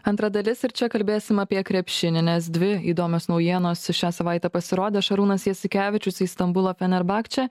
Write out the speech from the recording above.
antra dalis ir čia kalbėsim apie krepšinį nes dvi įdomios naujienos šią savaitę pasirodė šarūnas jasikevičius į stambulo fenerbakče